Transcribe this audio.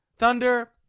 thunder